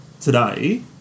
today